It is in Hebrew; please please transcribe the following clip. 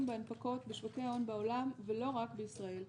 בהנפקות בשווקי ההון בעולם ולא רק בישראל.